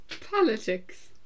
politics